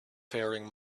faring